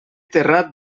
terrat